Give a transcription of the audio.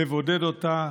לבודד אותה.